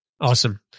Awesome